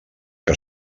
que